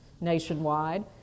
nationwide